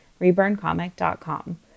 reburncomic.com